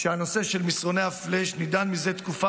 שהנושא של מסרוני הפלאש נידון זה תקופה